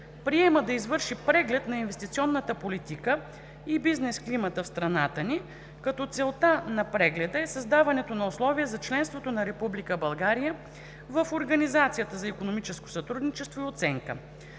приема да извърши Преглед на инвестиционната политика и бизнес климат в страната ни, като целта на прегледа е създаването на условия за членството на Република България в Организацията за икономическо сътрудничество и оценка.